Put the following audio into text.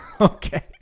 Okay